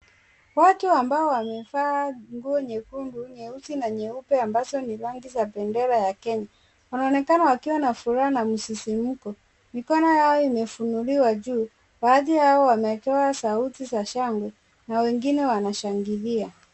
Watu ambao wamevaa nguo nyekundu, nyeusi na nyeupe ambazo ni rangi za bendera ya Kenya. Wanaonekana wakiwa na furaha na msisimko, mikono yao imefunuliwa juu, baadhi yao wametoa sauti za shangwe na wengine wanashangilia.